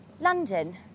London